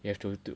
you have to do